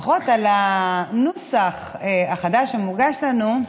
לפחות על הנוסח החדש שמוגש לנו,